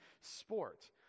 sport